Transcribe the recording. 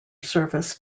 service